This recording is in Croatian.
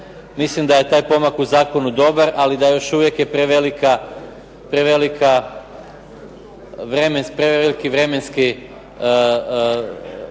Mislim da je taj pomak u zakonu dobar, ali da još uvijek je preveliko vremensko